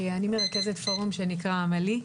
אני מרכזת פורום שנקרא עמלי.